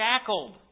shackled